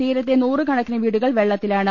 തീരത്തെ നൂറുകണ ക്കിന് വീടുകൾ വെള്ളത്തിലാണ്